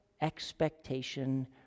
expectation